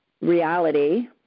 reality